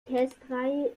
testreihe